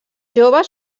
joves